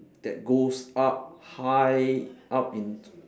that goes up high up into